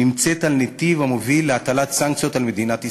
נמצאת על נתיב המוביל להטלת סנקציות על מדינת ישראל.